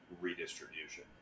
redistribution